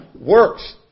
works